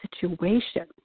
situation